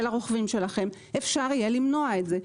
הרוכבים שלהן אפשר יהיה למנוע את זה.